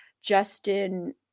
Justin